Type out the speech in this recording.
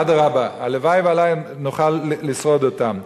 אדרבה, הלוואי שנוכל לשרוד אותם.